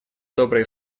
добрые